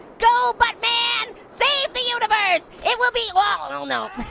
go buttman, save the universe. it will be, well, and oh no.